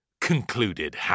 concluded